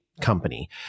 company